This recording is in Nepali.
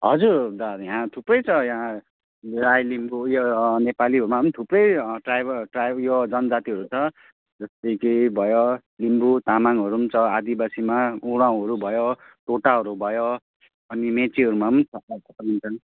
हजुर दा यहाँ थुप्रै छ यहाँ राई लिम्बू यो नेपालीहरूमा थुप्रै ट्राइबलहरू ट्राइब यो जनजातिहरू छ जस्तै कि भयो लिम्बू तामाङहरू पनि छ आदिवासीमा उरावँहरू भयो टोटाहरू भयो अनि मेचेहरूमा पनि